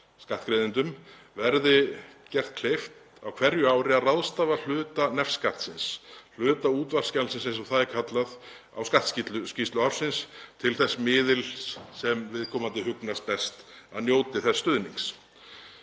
skattgreiðendum, verði gert kleift á hverju ári að ráðstafa hluta nefskattsins, hluta útvarpsgjaldsins eins og það er kallað, á skattskýrslu ársins til þess miðils sem viðkomandi hugnast best að njóti þess stuðnings.